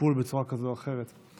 טיפול בצורה כזאת או אחרת.